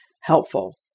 helpful